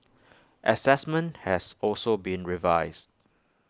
Assessment has also been revised